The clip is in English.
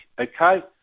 okay